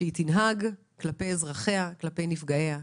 שהיא תנהג כלפי אזרחיה וכלפי נפגעיה.